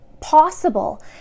possible